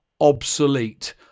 obsolete